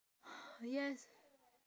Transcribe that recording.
yes